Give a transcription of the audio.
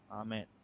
amen